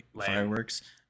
fireworks